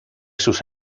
sus